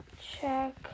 check